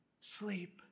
sleep